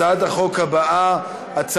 34 בעד, אין מתנגדים, אין נמנעים.